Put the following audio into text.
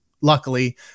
luckily